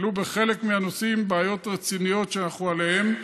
בחלק מהנושאים, בעיות רציניות, שאנחנו עליהן,